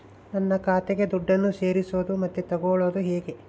ನನ್ನ ಖಾತೆಗೆ ದುಡ್ಡನ್ನು ಸೇರಿಸೋದು ಮತ್ತೆ ತಗೊಳ್ಳೋದು ಹೇಗೆ?